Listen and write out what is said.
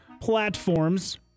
platforms